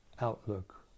outlook